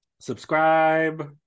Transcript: subscribe